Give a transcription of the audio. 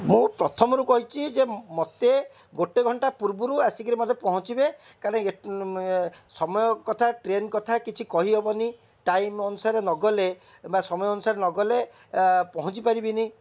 ମୁଁ ପ୍ରଥମରୁ କହିଛି ଯେ ମୋତେ ଗୋଟେ ଘଣ୍ଟା ପୂର୍ବରୁ ଆସିକିରି ମୋତେ ପହଞ୍ଚିବେ କାରଣ ସମୟ କଥା ଟ୍ରେନ୍ କଥା କିଛି କହିହବନି ଟାଇମ୍ ଅନୁସାରେ ନ ଗଲେ ବା ସମୟ ଅନୁସାରେ ନ ଗଲେ ପହଞ୍ଚି ପାରିବିନି